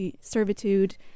servitude